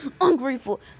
Ungrateful